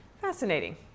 Fascinating